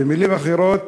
במילים אחרות: